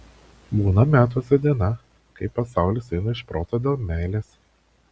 būna metuose diena kai pasaulis eina iš proto dėl meilės